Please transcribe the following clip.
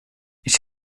ich